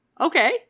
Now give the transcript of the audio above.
Okay